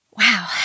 Wow